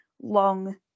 long